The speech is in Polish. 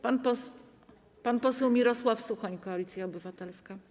Pan poseł Mirosław Suchoń, Koalicja Obywatelska.